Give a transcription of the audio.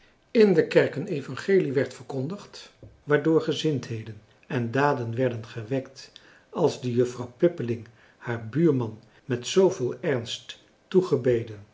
in de kerk een evangelie werd verkondigd waardoor gezindheden en daden werden gewekt als die juffrouw pippeling haar buurman met zooveel ernst